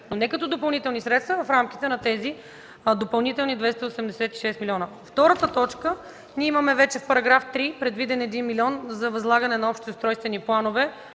но не като допълнителни средства, а в рамките на тези допълнителни 286 милиона. Втората точка – имаме вече в § 3 предвиден 1 милион за възлагане на общи устройствени планове,